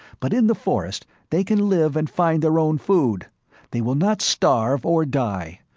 but in the forest they can live and find their own food they will not starve or die.